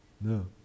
No